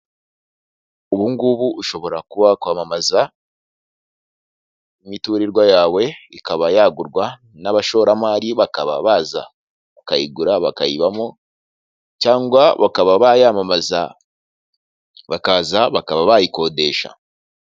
Ubu ngubu ushobora kuba wakwamamaza imiturirwa yawe ikaba yagurwa n'abashoramari bakaba baza bakayigura bakayibamo, cyangwa bakaba bayamamaza bakaza bakaba bayikodesha.